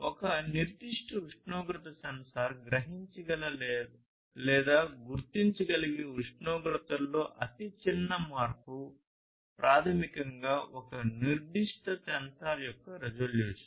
ఒక నిర్దిష్ట ఉష్ణోగ్రత సెన్సార్ గ్రహించగల లేదా గుర్తించగలిగే ఉష్ణోగ్రతలో అతి చిన్న మార్పు ప్రాథమికంగా ఒక నిర్దిష్ట సెన్సార్ యొక్క రిజల్యూషన్